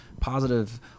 positive